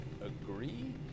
agree